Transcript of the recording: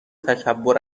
تکبر